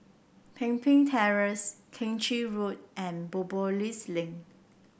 Pemimpin Terrace Keng Chin Road and Biopolis Link